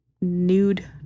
nude